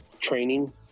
training